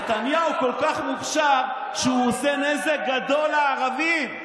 נתניהו כל כך מוכשר, שהוא עושה נזק גדול לערבים.